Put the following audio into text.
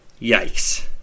Yikes